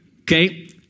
okay